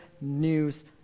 news